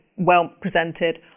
well-presented